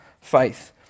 faith